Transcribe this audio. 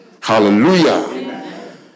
Hallelujah